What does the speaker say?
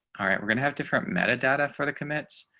alright, we're going to have different meta data for the commits,